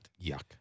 Yuck